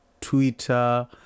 Twitter